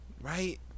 Right